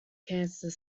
cancer